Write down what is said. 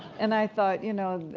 and i thought, you know,